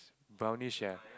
brownish ya